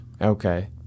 Okay